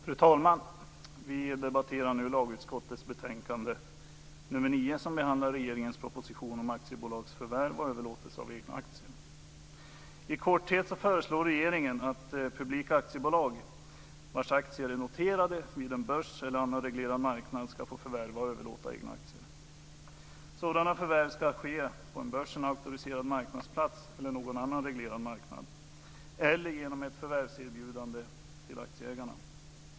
Fru talman! Vi debatterar nu lagutskottets betänkande nr 9 som behandlar regeringens proposition om aktiebolags förvärv och överlåtelser av egna aktier. I korthet föreslår regeringen att publika aktiebolag vars aktier är noterade vid en börs eller annan reglerad marknad ska få förvärva och överlåta egna aktier. Sådana förvärv ska ske på en börs, en auktoriserad marknadsplats eller någon annan reglerad marknad eller genom ett förvärvserbjudande till aktieägarna.